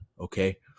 okay